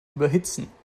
überhitzen